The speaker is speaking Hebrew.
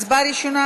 הצבעה ראשונה,